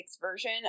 version